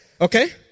Okay